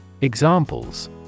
Examples